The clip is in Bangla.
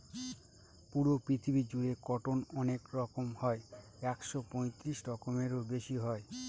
পুরো পৃথিবী জুড়ে কটন অনেক রকম হয় একশো পঁয়ত্রিশ রকমেরও বেশি হয়